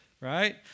right